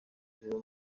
ibiro